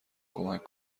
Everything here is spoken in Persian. کمک